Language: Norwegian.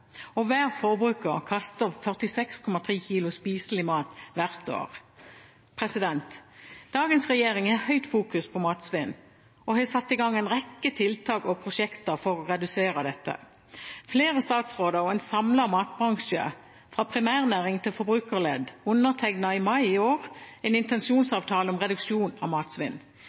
Hver forbruker kaster 46,3 kilo spiselig mat hvert år. Dagens regjering har fokusert mye på matsvinn og har satt i gang en rekke tiltak og prosjekter for å redusere dette. Flere statsråder og en samlet matbransje, fra primærnæring til forbrukerledd, undertegnet i mai i år en